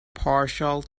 partial